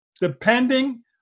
depending